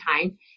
time